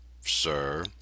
sir